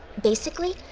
basically,